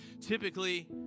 typically